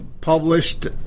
published